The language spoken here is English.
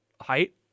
height